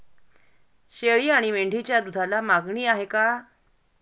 शेळी आणि मेंढीच्या दूधाला मागणी आहे का?